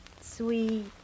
sweet